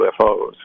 UFOs